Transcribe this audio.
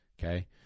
Okay